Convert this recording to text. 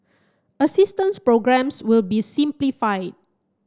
assistance programmes will be simplified